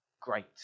great